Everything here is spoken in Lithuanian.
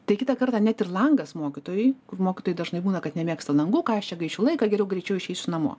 tai kitą kartą net ir langas mokytojui mokytojai dažnai būna kad nemėgsta langų ką aš čia gaišiu laiką geriau greičiau išeisiu namo